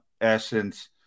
essence